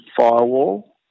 firewall